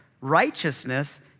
righteousness